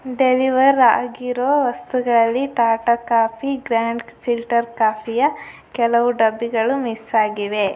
deliver ಆಗಿರೋ ವಸ್ತುಗಳಲ್ಲಿ Tata coffee grand filter ಕಾಫಿಯ ಕೆಲವು ಡಬ್ಬಿಗಳು ಮಿಸ್ ಆಗಿವೆ